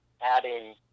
adding